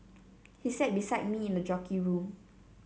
he sat beside me in the jockey room